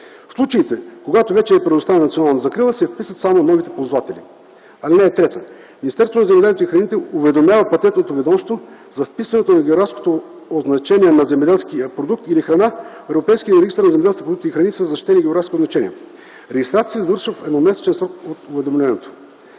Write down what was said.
В случаите, когато вече е предоставена национална закрила, се вписват само новите ползватели. (3) Министерството на земеделието и храните уведомява Патентното ведомство за вписването на географското означение на земеделския продукт или храна в Европейския регистър на земеделските продукти и храни със защитени географски означения. Регистрацията се извършва в едномесечен срок от уведомяването.